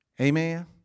Amen